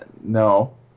No